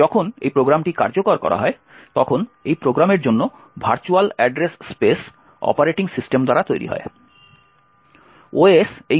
এবং যখন এই প্রোগ্রামটি কার্যকর করা হয় তখন এই প্রোগ্রামের জন্য virtual address space operating system দ্বারা তৈরি হয়